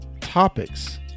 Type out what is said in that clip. Topics